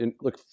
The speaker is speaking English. look